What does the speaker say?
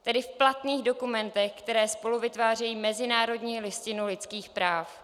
Tedy v platných dokumentech, které spoluvytvářejí mezinárodní listinu lidských práv.